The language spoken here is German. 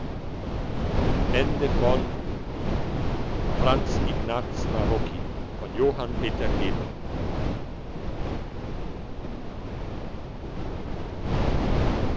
franz ignaz narocki man